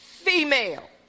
female